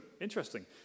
interesting